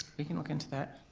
we can look into that.